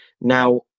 Now